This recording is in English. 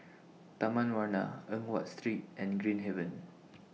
Taman Warna Eng Watt Street and Green Haven